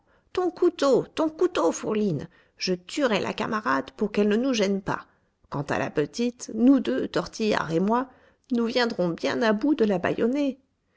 ton couteau ton couteau fourline je tuerai la camarade pour qu'elle ne nous gêne pas quant à la petite nous deux tortillard et moi nous viendrons bien à bout de